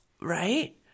Right